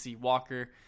Walker